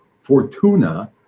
fortuna